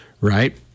Right